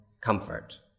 comfort